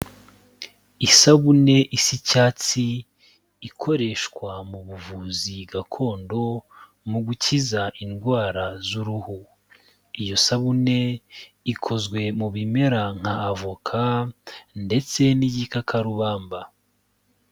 Isabune isa icyatsi ikoreshwa mu buvuzi gakondo mu gukiza indwara z' uruhu, iyo sabune ikozwe mu bimera nka avoka ndetse n'igikakarubamba.